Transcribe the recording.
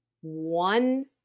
one